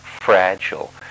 fragile